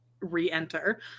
re-enter